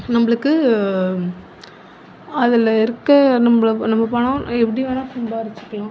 நம்மளுக்கு அதில் இருக்கற நம்ம நம்ம பணம் எப்படி வேணுணா சம்பாதிச்சிக்கலாம்